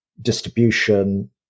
distribution